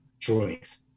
drawings